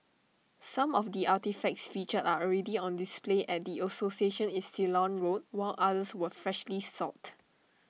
some of the artefacts featured are already on display at the association in Ceylon road while others were freshly sought